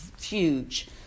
huge